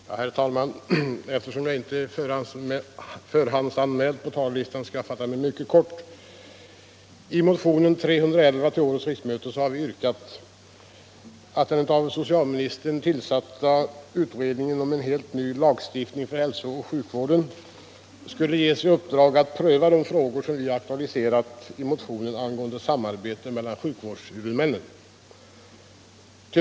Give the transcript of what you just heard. Nr 129 Herr talman! Eftersom jag inte är förhandsanmild till talarlistan skall Tisdagen den jag fatta mig mycket kort. 18 maj 1976 I motionen 311 till årets riksmöte har vi yrkat att den av socialministern = tillsatta utredningen om en helt ny lagstiftning för hälso och sjukvården — Samarbete mellan skall ges i uppdrag att pröva de frågor som vi aktualiserat i motionen = sjukvårdshuvudangående samarbete mellan sjukvårdshuvudmännen. männen, Mm.m.